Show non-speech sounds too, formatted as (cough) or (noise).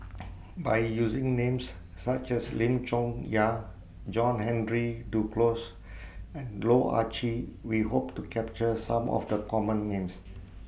(noise) By using Names such as Lim Chong Yah John Henry Duclos and Loh Ah Chee We Hope to capture Some of The Common Names